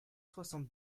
soixante